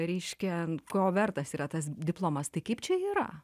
reiškia ko vertas yra tas diplomas tai kaip čia yra